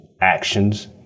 actions